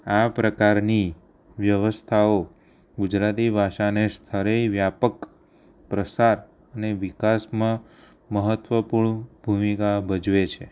આ પ્રકારની વ્યવસ્થાઓ ગુજરાતી ભાષાને સ્તરે વ્યાપક પ્રસાર અને વિકાસમાં મહત્ત્વપૂર્ણ ભૂમિકા ભજવે છે